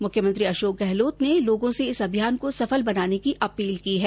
मुख्यमंत्री अशोक गहलोत ने लोगों से इस अभियान को सफल बनाने की अपील की है